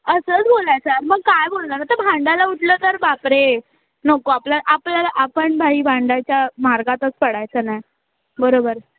असंच बोलायचं यार मग काय बोलणार आता भांडायला उठलं तर बापरे नको आपल्या आपल्याला आपण भाई भांडायच्या मार्गातच पडायचं नाही बरोबर